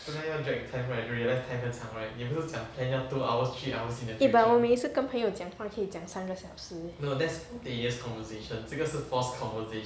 eh but 我每次跟朋友讲话可以讲三个小时